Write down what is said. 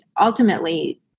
ultimately